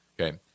Okay